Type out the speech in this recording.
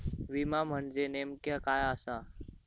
विमा म्हणजे नेमक्या काय आसा?